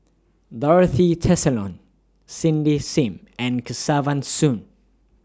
Dorothy Tessensohn Cindy SIM and Kesavan Soon